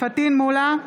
פטין מולא,